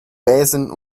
besen